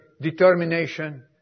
determination